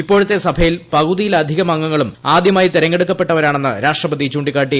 ഇപ്പോഴത്തെ സഭയിൽ പകുതിയിലധികം അംഗങ്ങളും ആദ്യമായി തെരഞ്ഞെടുക്കപ്പെട്ടവരാണെന്ന് രാഷ്ട്രപതി ചൂ ിക്കാട്ടി